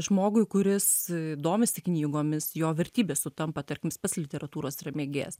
žmogui kuris domisi knygomis jo vertybės sutampa tarkim jis pats literatūros mėgėjas